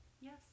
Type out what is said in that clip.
yes